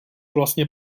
vlastně